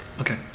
Okay